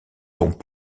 sont